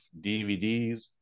DVDs